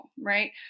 right